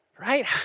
Right